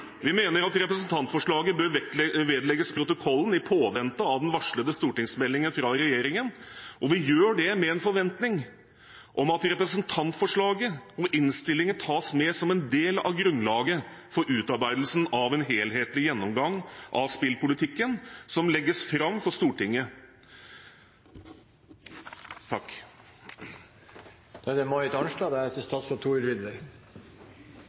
Vi mener at representantforslaget bør vedlegges protokollen i påvente av den varslede stortingsmeldingen fra regjeringen, og vi gjør det med en forventning om at representantforslaget og innstillingen tas med som en del av grunnlaget for utarbeidelsen av en helhetlig gjennomgang av spillpolitikken som legges fram for Stortinget.